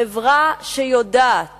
חברה שיודעת